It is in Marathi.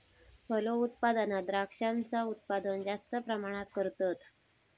फलोत्पादनात द्रांक्षांचा उत्पादन जास्त प्रमाणात करतत